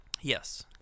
Yes